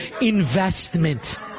investment